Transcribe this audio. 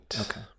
Okay